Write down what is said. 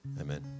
Amen